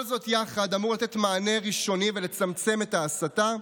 כל זאת יחד אמור לתת מענה ראשוני ולצמצם את ההסתה,